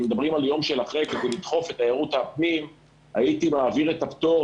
אם מדברים על לדחוף את תיירות הפנים הייתי מעביר את הפטור